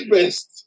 Best